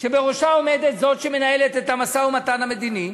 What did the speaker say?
שבראשה עומדת זאת שמנהלת את המשא-ומתן המדיני,